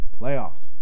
Playoffs